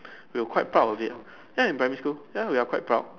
we were quite proud of it ah eh in primary school ya we are quite proud